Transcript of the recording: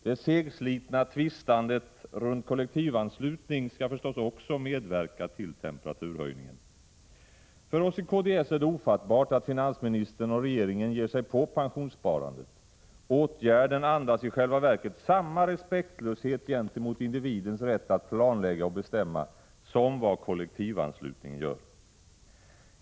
Det segslitna tvistandet runt kollektivanslutning skall förstås också medverka till temperaturhöjningen. För oss i kds är det ofattbart att finansministern och regeringen ger sig på pensionssparandet. Åtgärden andas i själva verket samma respektlöshet gentemot individens rätt att planlägga och bestämma som vad kollektivanslutningen gör.